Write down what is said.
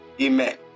Amen